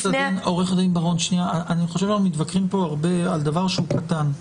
אני חושב שאנחנו מתווכחים כאן הרבה על דבר שהוא קטן.